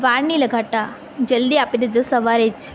વાર નહીં લગાડતા જલ્દી આપી દેજો સવારે જ